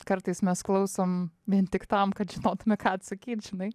kartais mes klausom vien tik tam kad žinotume ką atsakyt žinai